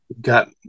got